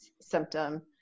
symptom